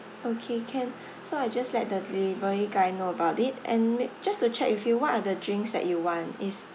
okay can so I just let the delivery guy know about it and may just to check with you what are the drinks that you want it's